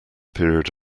period